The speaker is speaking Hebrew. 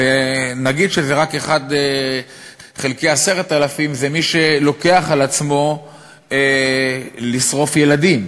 נגיד שרק 1 חלקי 10,000 זה מי שלוקח על עצמו לשרוף ילדים,